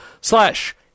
slash